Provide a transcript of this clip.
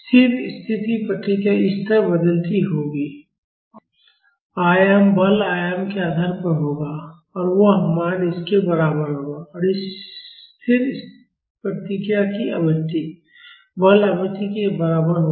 स्थिर स्थिति प्रतिक्रिया इस तरह बदलती होगी आयाम बल आयाम के आधार पर होगा और वह मान इसके बराबर होगा और इस स्थिर स्थिति प्रतिक्रिया की आवृत्ति बल आवृत्ति के बराबर होगी